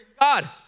God